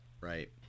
Right